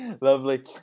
lovely